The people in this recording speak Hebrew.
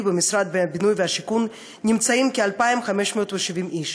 במשרד הבינוי והשיכון נמצאים כ-2,570 איש,